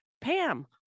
Pam